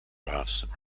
racing